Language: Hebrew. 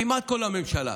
כמעט כל הממשלה,